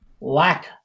lack